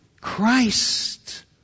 Christ